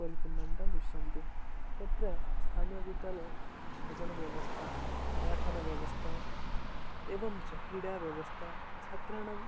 परिस्पन्दः दृश्यते तत्र स्थानीयविद्यालये भजनव्यवस्था पाठनव्यवस्था एवं च क्रीडाव्यवस्था छात्राणां